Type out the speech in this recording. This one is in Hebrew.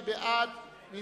מי בעד ההצעה?